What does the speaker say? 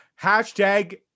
hashtag